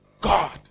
God